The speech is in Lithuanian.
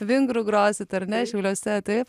vingru grosit ar ne šiauliuose taip